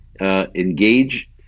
engage